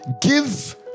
Give